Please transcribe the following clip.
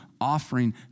offering